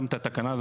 גם את התקנה הזאת,